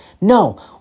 No